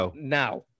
now